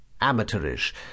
Amateurish